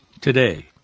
today